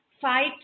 fight